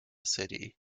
city